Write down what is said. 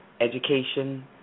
Education